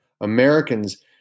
Americans